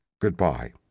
Goodbye